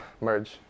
merge